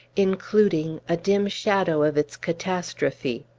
including a dim shadow of its catastrophe.